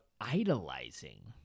idolizing